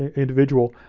individual,